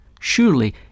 Surely